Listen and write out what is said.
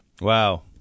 Wow